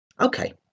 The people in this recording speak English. Okay